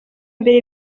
mbere